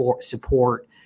support